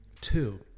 Two